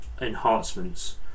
enhancements